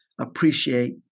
appreciate